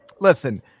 listen